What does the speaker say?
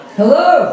hello